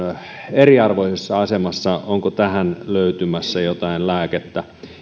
eriarvoisessa asemassa onko tähän löytymässä jotain lääkettä